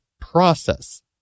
process